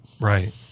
Right